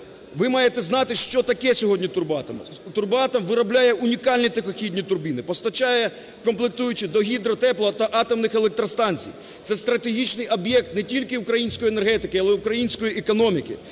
ви маєте знати, що таке сьогодні "Турбоатом". "Турбоатом" виробляє унікальні тихохідні турбіни, постачає комплектуючі до гідро-, тепло- та атомних електростанцій. Це стратегічний об'єкт не тільки української енергетики, але і української економіки.